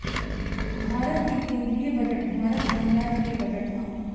भारत के केंदीय बजट भारत गणराज्य के बजट ह